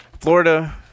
Florida